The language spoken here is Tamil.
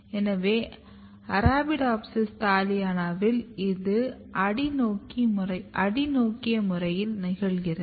எனவே அரபிடோப்சிஸ் தலியானாவில் இது அடி நோக்கிய முறையில் நிகழ்கிறது